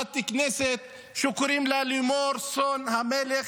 חברת כנסת שקוראים לה לימור סון הר מלך,